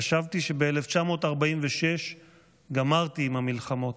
חשבתי שב-1946 גמרתי עם המלחמות,